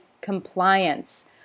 compliance